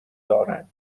دارد